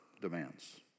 demands